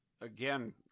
again